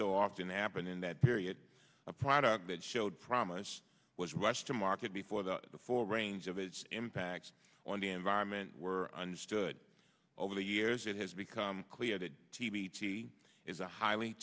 so often happened in that period a product that showed promise was rushed to market before the full range of its impact on the environment were understood over the years it has become clear that t v tea is a highly